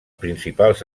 principals